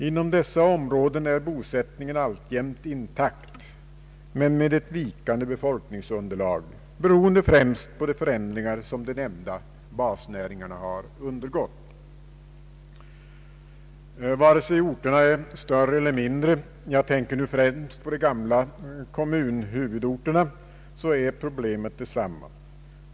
Inom dessa områden är bosättningen alltjämt intakt, men med ett vikande befolkningsunderlag, beroende främst på de förändringar som de nämnda basnäringarna undergått. Vare sig orterna är större eller mindre — jag tänker nu främst på de gamla kommunhuvudorterna — så är problemet detsamma.